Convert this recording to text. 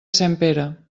sempere